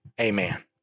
Amen